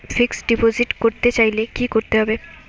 Fixed deposit করতে চাইলে কি করতে হবে?